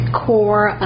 core